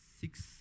six